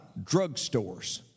drugstores